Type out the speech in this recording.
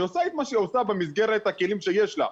היא עושה את מה שהיא עושה במסגרת הכלים שיש לה,